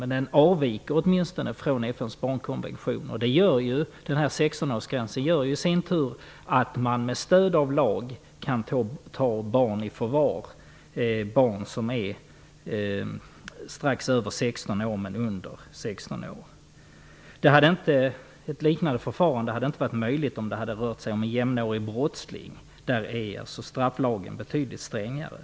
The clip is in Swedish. Men den avviker åtminstone från FN:s barnkonvention. 16-årsgränsen innebär dock att man med stöd av lag kan ta barn i förvar -- barn som är strax över 16 år. Ett liknande förfarande är inte möjligt om det rör sig om en jämnårig brottsling. Strafflagen är betydligt strängare.